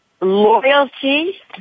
Loyalty